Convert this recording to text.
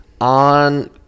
on